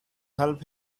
help